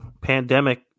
pandemic